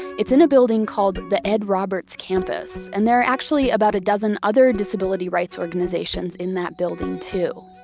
it's in a building called the ed roberts campus and there are actually about a dozen other disability rights organizations in that building too.